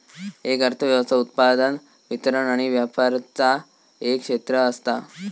एक अर्थ व्यवस्था उत्पादन, वितरण आणि व्यापराचा एक क्षेत्र असता